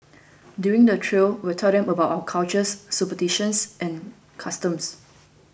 during the trail we'll tell them about our cultures superstitions and customs